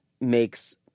makes